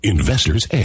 Investor's